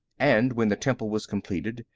and when the temple was completed,